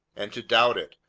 and to doubt it,